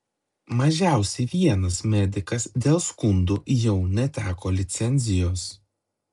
mažiausiai vienas medikas dėl skundų jau neteko licencijos